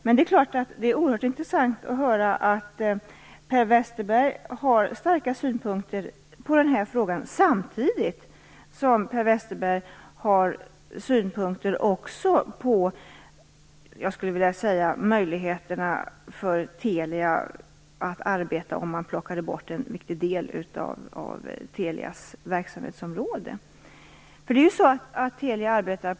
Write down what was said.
Men det är klart att det är oerhört intressant att höra att Per Westerberg har starka synpunkter på denna fråga samtidigt som han har synpunkter på Telias möjligheter att arbeta om man plockar bort en viktig del av Telias verksamhetsområde. Telia arbetar ju på en oerhört dynamisk marknad.